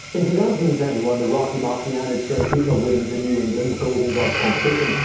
in two thousand and ten, he won the rocky marciano trophy for winning the new england golden gloves competition.